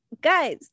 guys